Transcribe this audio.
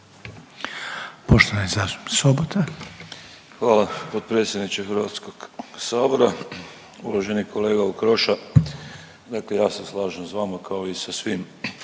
**Sobota, Darko (HDZ)** Hvala potpredsjedniče Hrvatskog sabora. Uvaženi kolega Okroša, dakle ja se slažem s vama kao i sa svim